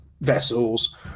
vessels